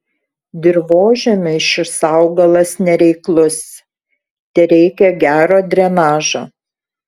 dirvožemiui šis augalas nereiklus tereikia gero drenažo